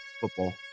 football